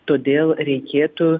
todėl reikėtų